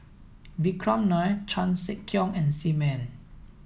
vikram Nair Chan Sek Keong and Sim Ann